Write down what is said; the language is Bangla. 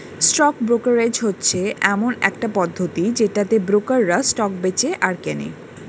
স্টক ব্রোকারেজ হচ্ছে এমন একটা পদ্ধতি যেটাতে ব্রোকাররা স্টক বেঁচে আর কেনে